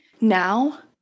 now